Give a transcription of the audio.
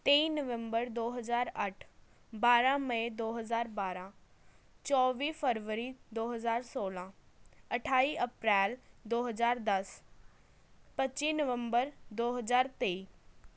ਤੇਈ ਨਵੰਬਰ ਦੋ ਹਜ਼ਾਰ ਅੱਠ ਬਾਰ੍ਹਾਂ ਮਈ ਦੋ ਹਜ਼ਾਰ ਬਾਰ੍ਹਾਂ ਚੌਵੀ ਫਰਵਰੀ ਦੋ ਹਜ਼ਾਰ ਸੋਲ੍ਹਾਂ ਅਠਾਈ ਅਪ੍ਰੈਲ ਦੋ ਹਜ਼ਾਰ ਦਸ ਪੱਚੀ ਨਵੰਬਰ ਦੋ ਹਜ਼ਾਰ ਤੇਈ